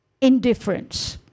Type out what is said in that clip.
indifference